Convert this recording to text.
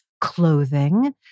clothing